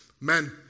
Men